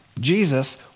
Jesus